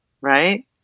right